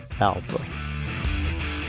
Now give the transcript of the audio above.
alpha